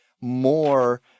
more